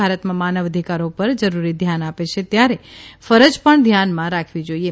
ભારતમાં માનવઅધિકારો પર જરૂરી ધ્યાન આપે છે ત્યારે ફરજ પણ ધ્યાનમાં રાખવી જોઇએ